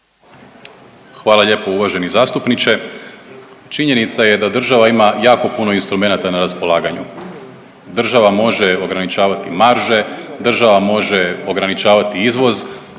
Hvala lijepo uvaženi zastupniče. Činjenica je da država ima jako puno instrumenata na raspolaganju, država može ograničavati marže, država može ograničavati izvoz,